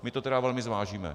My to teda velmi zvážíme.